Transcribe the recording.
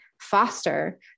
foster